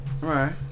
Right